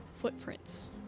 footprints